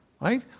right